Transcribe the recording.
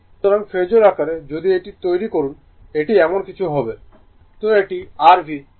সুতরাং ফেজোর আকারে যদি এটি তৈরি করুন এটি এমন কিছু হবে